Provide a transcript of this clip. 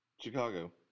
Chicago